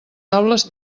aules